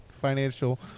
financial